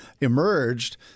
emerged –